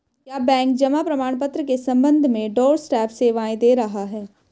क्या बैंक जमा प्रमाण पत्र के संबंध में डोरस्टेप सेवाएं दे रहा है?